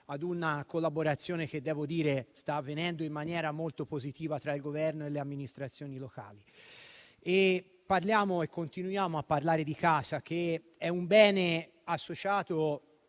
a una collaborazione, che sta avvenendo in maniera molto positiva, tra il Governo e le amministrazioni locali. Continuiamo a parlare di casa, che è un bene pur